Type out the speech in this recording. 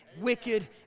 wicked